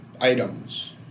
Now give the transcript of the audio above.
items